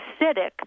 acidic